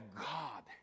God